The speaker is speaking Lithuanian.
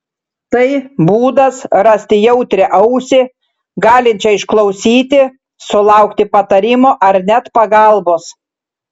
tai būdas rasti jautrią ausį galinčią išklausyti sulaukti patarimo ar net pagalbos